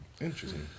interesting